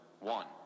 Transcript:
one